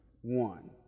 one